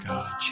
God